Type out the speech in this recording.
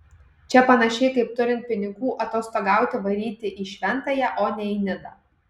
čia panašiai kaip turint pinigų atostogauti varyti į šventąją o ne į nidą